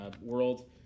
world